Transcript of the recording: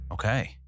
Okay